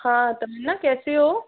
हाँ तमन्ना कैसी हो